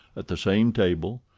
at the same table,